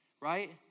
right